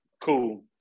cool